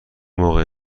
موقع